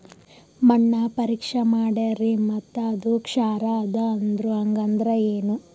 ಮಣ್ಣ ಪರೀಕ್ಷಾ ಮಾಡ್ಯಾರ್ರಿ ಮತ್ತ ಅದು ಕ್ಷಾರ ಅದ ಅಂದ್ರು, ಹಂಗದ್ರ ಏನು?